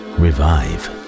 revive